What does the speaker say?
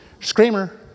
Screamer